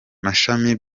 mashami